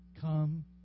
come